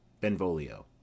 benvolio